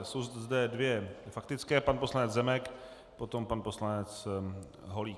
Jsou zde dvě faktické, pan poslanec Zemek, potom pan poslanec Holík.